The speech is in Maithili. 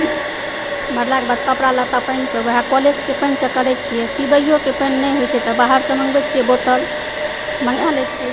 भरलाके बाद कपड़ा लत्ता पानिसंँ ओएह कले कऽ पानिसँ करए छिऐ पीबइयो कऽ पानि नहि होइ छै तऽ बाहरसंँ मङ्गबए छिऐ बोतल मङ्गाए लए छी